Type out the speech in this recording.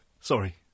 Sorry